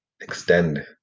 extend